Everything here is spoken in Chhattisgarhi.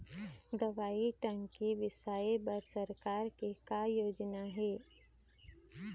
दवई टंकी बिसाए बर सरकार के का योजना हे?